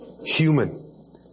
human